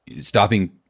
Stopping